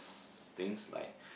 things like